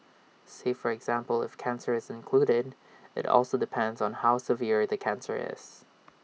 say for example if cancer is included IT also depends on how severe the cancer is